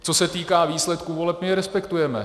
Co se týká výsledků voleb, my je respektujeme.